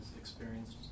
experienced